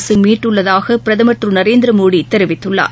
அரசு மீட்டுள்ளதாக பிரதமர் திரு நரேந்திர மோடி தெரிவித்துள்ளார்